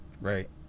Right